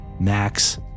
Max